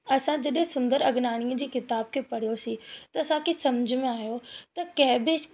असां जॾहिं सुंदरु अगनाणीअ जी किताब खे पढ़ियोसीं त असांखे सम्झ में आहियो त कंहिं बि